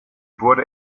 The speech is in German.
wurde